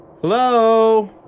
hello